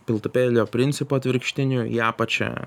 piltuvėlio principu atvirkštinio į apačią